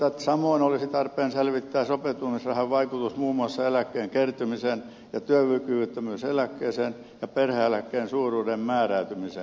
samoin olisi tarpeen selvittää sopeutumisrahan vaikutus muun muassa eläkkeen kertymiseen ja työkyvyttömyyseläkkeen ja perhe eläkkeen suuruuden määräytymiseen